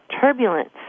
turbulence